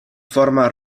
forma